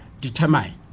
determine